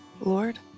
Lord